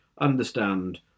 understand